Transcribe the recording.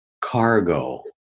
cargo